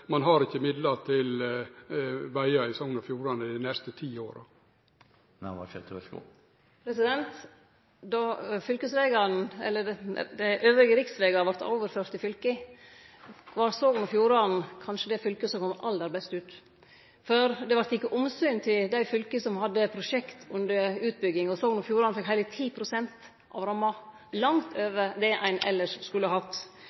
ein ikkje har midlar til vegar i Sogn og Fjordane dei neste ti åra? Då desse riksvegane vart overførde til fylka, var Sogn og Fjordane kanskje det fylket som kom aller best ut, for det vart teke omsyn til dei fylka som hadde prosjekt under utbygging. Sogn og Fjordane fekk heile 10 pst. av ramma – langt over det ein elles skulle hatt.